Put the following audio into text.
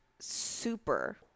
super